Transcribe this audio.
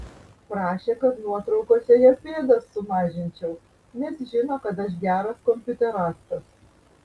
prašė kad nuotraukose jo pėdas sumažinčiau nes žino kad aš geras kompiuterastas